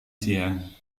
siang